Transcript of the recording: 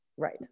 Right